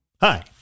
Hi